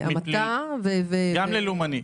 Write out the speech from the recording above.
מהמתה, גם ללאומני.